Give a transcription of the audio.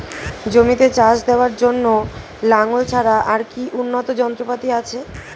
জমিতে চাষ দেওয়ার জন্য লাঙ্গল ছাড়া আর কি উন্নত যন্ত্রপাতি আছে?